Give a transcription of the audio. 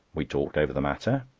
we talked over the matter.